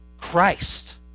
Christ